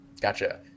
Gotcha